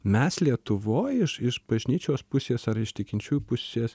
mes lietuvoj iš iš bažnyčios pusės ar iš tikinčiųjų pusės